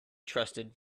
trusted